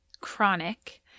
chronic